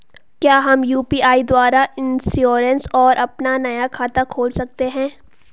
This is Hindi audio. क्या हम यु.पी.आई द्वारा इन्श्योरेंस और अपना नया खाता खोल सकते हैं?